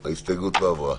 ההסתייגות לא עברה.